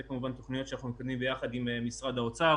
כמובן תוכניות שאנחנו מקדמים ביחד עם משרד האוצר